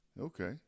okay